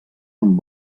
amb